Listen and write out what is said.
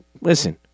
Listen